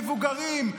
מבוגרים,